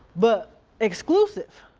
but exclusive.